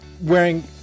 wearing